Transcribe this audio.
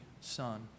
Son